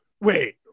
wait